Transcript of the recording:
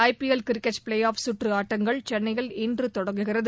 ஐ P L cricket playoff கற்று ஆட்டங்கள் சென்னையில் இன்று தொடங்குகிறது